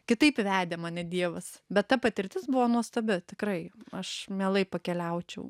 kitaip vedė mane dievas bet ta patirtis buvo nuostabi tikrai aš mielai pakeliaučiau